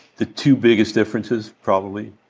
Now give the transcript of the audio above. the two biggest differences, probably,